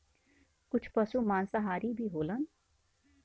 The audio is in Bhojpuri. कुछ पसु मांसाहारी भी होलन